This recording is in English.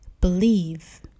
believe